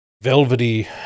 velvety